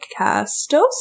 Castos